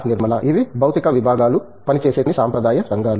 నిర్మలా ఇవి భౌతిక విభాగాలు పనిచేసే కొన్ని సాంప్రదాయ రంగాలు